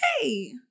Hey